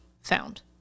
found